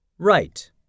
Right